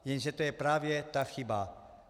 Jenže to je právě ta chyba.